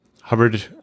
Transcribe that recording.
Hubbard